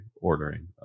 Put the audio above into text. ordering